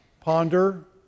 ponder